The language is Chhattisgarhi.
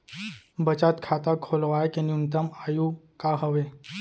बचत खाता खोलवाय के न्यूनतम आयु का हवे?